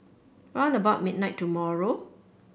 round about midnight tomorrow